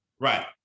Right